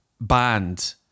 band